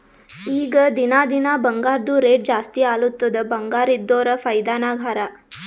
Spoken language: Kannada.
ಈಗ ದಿನಾ ದಿನಾ ಬಂಗಾರ್ದು ರೇಟ್ ಜಾಸ್ತಿ ಆಲತ್ತುದ್ ಬಂಗಾರ ಇದ್ದೋರ್ ಫೈದಾ ನಾಗ್ ಹರಾ